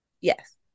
yes